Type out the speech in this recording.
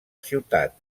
ciutat